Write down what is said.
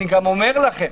אני גם אומר לכם,